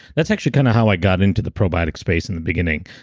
that's actually kind of how i got into the probiotics space in the beginning.